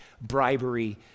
bribery